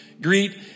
Greet